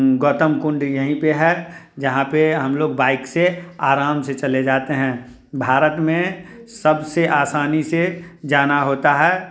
गौतम कुंड यहीं पर है जहाँ पर हम लोग बाइक से आराम से चले जाते हैं भारत में सब से आसानी से जाना होता है